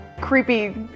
creepy